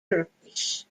turkish